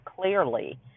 clearly